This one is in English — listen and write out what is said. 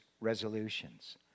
resolutions